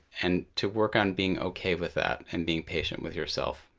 and to work on being ok with that and being patient with yourself.